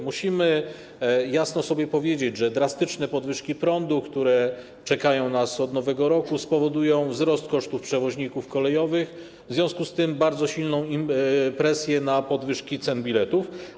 Musimy jasno sobie powiedzieć, że drastyczne podwyżki cen prądu, które czekają nas od nowego roku, spowodują wzrost kosztów działalności przewoźników kolejowych, w związku z czym bardzo silna będzie presja dotycząca podwyżki cen biletów.